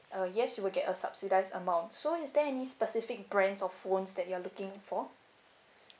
uh yes you will get a subsidise amount so is there any specific brands of phones that you are looking for